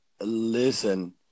listen